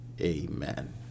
amen